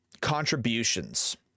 contributions